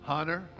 Hunter